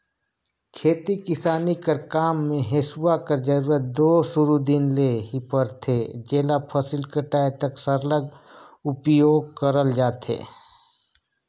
खेती किसानी कर काम मे हेसुवा कर जरूरत दो सुरू दिन ले ही परथे जेला फसिल कटाए तक सरलग उपियोग करल जाथे